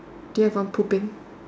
do you have one pooping